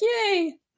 yay